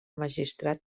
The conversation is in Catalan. magistrat